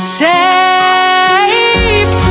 safe